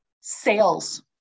sales